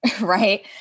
right